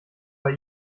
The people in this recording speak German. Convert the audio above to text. bei